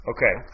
Okay